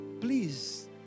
please